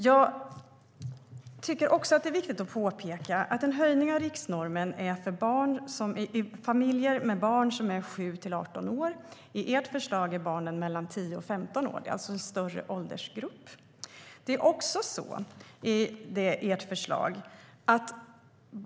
Jag tycker också att det är viktigt att påpeka att en höjning av riksnormen gäller familjer med barn som är 7-18 år. Ert förslag gäller barn som är 10-15 år. Det är alltså en större åldersgrupp i vårt förslag.